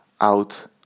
out